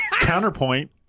Counterpoint